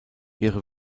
ihre